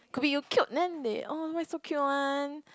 could be you cute then they oh why so cute one